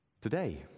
today